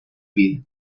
vida